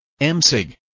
MSIG